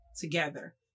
together